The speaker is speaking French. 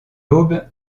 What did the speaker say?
l’aube